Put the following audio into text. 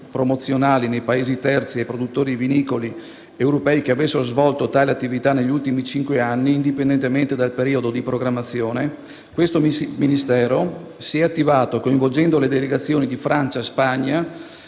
promozionali nei Paesi terzi ai produttori vinicoli europei che avessero svolto tale attività negli ultimi cinque anni, indipendentemente dal periodo di programmazione), questo Ministero si è attivato, coinvolgendo le delegazioni di Francia e Spagna,